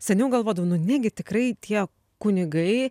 seniau galvodavau nu negi tikrai tie kunigai